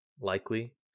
Likely